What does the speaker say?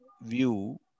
view